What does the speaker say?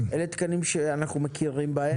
אלה תקנים שאנחנו מכירים בהם.